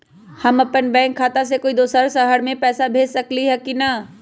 हम अपन बैंक खाता से कोई दोसर शहर में पैसा भेज सकली ह की न?